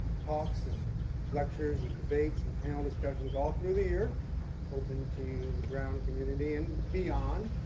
talks, and lectures, and debates, and panel discussions all through the year open to the brown community and beyond.